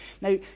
Now